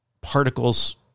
particles